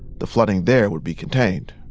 the flooding there would be contained.